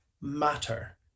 matter